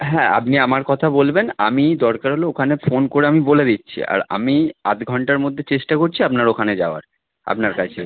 হ্যাঁ আপনি আমার কথা বলবেন আমি দরকার হলে ওখানে ফোন করে আমি বলে দিচ্ছি আর আমি আধ ঘন্টার মধ্যে চেষ্টা করছি আপনার ওখানে যাওয়ার আপনার কাছে